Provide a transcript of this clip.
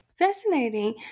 Fascinating